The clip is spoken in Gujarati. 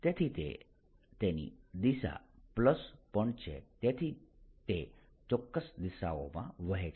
તેથી તે તેની દિશા પણ છે તેથી તે ચોક્કસ દિશાઓમાં વહે છે